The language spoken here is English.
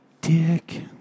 dick